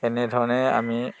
এনেধৰণে আমি